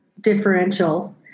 differential